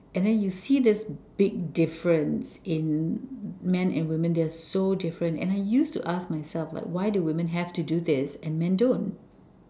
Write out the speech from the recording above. and then you see this big difference in men and women they're so different and I used to ask myself like why do women have to do this and men don't